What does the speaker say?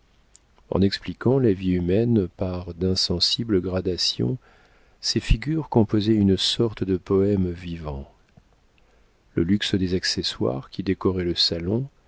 en expliquant la vie humaine par d'insensibles gradations ces figures composaient une sorte de poème vivant le luxe des accessoires qui décoraient le salon